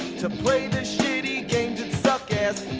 to play the shitty games that suck ass.